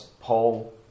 Paul